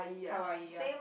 Hawaii ya